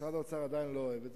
משרד האוצר לא אוהב את זה.